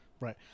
right